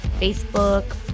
Facebook